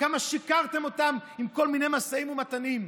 כמה שיקרתם להם עם כל מיני משאים ומתנים.